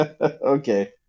Okay